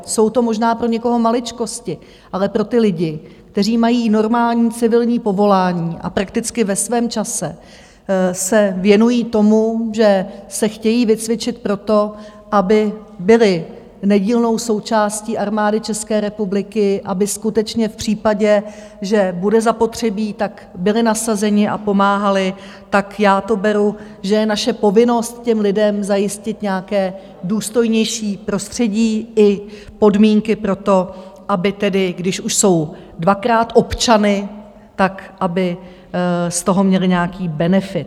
Jsou to možná pro někoho maličkosti, ale pro ty lidi, kteří mají normální civilní povolání a prakticky ve svém čase se věnují tomu, že se chtějí vycvičit pro to, aby byli nedílnou součástí Armády České republiky, aby skutečně v případě, že bude zapotřebí, tak byli nasazeni a pomáhali, tak já to beru, že je naše povinnost těm lidem zajistit nějaké důstojnější prostředí i podmínky pro to, aby tedy když už jsou dvakrát občany, tak aby z toho měli nějaký benefit.